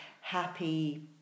happy